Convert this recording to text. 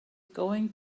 going